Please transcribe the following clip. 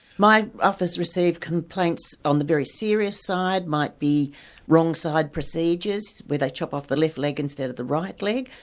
my office receives complaints on the very serious side, it might be wrong side procedures, where they chop off the left leg instead of the right leg.